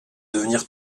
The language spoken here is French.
devenir